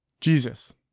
Jesus